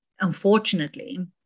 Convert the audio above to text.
Unfortunately